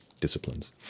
disciplines